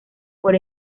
por